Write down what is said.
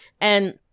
and-